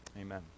Amen